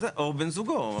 או בן זוגו.